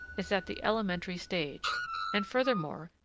is at the elementary stage and, furthermore,